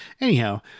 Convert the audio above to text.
anyhow